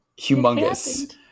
Humongous